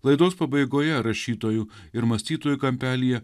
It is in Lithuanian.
laidos pabaigoje rašytojų ir mąstytojų kampelyje